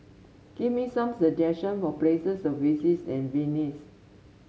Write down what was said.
give me some suggestion for places to visit in Vilnius